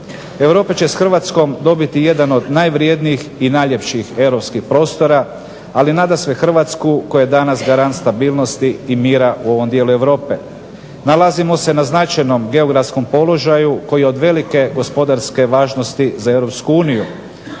Europa će s Hrvatskom dobiti jedan od najvrjednijih i najljepših europskih prostora, ali nadasve Hrvatsku koja je danas garant stabilnosti i mira u ovom dijelu Europe. Nalazimo se na značajnom geografskom položaju koji je od velike gospodarske važnosti za EU.